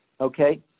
Okay